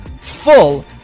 full